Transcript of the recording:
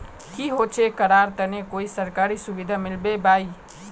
की होचे करार तने कोई सरकारी सुविधा मिलबे बाई?